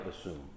assume